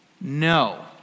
No